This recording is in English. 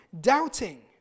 doubting